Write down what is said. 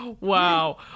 Wow